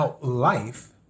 life